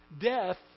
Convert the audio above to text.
Death